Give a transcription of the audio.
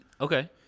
Okay